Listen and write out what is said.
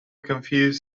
confuse